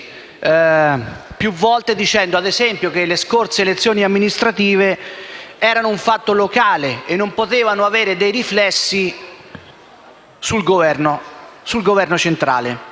più volte dicendo, ad esempio, che le scorse elezioni amministrative erano un fatto locale e non potevano avere riflessi sul Governo centrale.